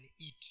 eat